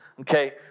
okay